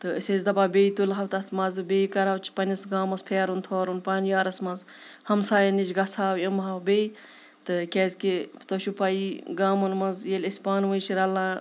تہٕ أسۍ ٲسۍ دَپان بیٚیہِ تُلہٕ ہاو تَتھ مَزٕ بیٚیہِ کَرٕہاو چہِ پنٛنِس گامَس پھیرُن تھورُن پنٕنہِ یارَس منٛز ہَمسایَن نِش گژھٕ ہاو یِمہٕ ہاو بیٚیہِ تہٕ کیازِکہِ تُہۍ چھُ پَیی گامَن منٛز ییٚلہِ أسۍ پانہٕ ؤنۍ چھِ رَلان